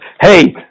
hey